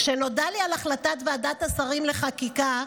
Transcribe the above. כשנודע לי על החלטת ועדת השרים לחקיקה,